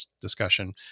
discussion